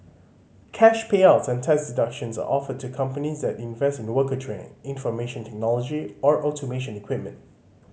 cash payouts and tax deductions are offered to companies that invest in worker training information technology or automation equipment